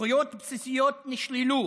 זכויות בסיסיות נשללו.